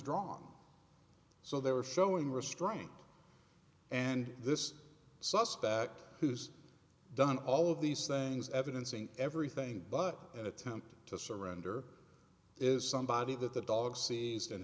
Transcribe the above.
drawn so they were showing restraint and this suspect who's done all of these things evidencing everything but an attempt to surrender is somebody that the dog se